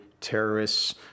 terrorists